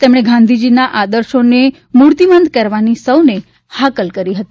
તેમણે ગાંધીજીના આદર્શોને મૂર્તિમંત કરવાની સૌને હાકલ કરી હતી